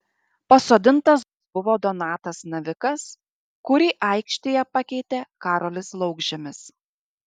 pasodintas buvo donatas navikas kurį aikštėje pakeitė karolis laukžemis